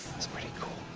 that's pretty cool.